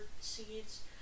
seeds